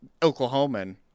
Oklahoman